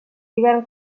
hivern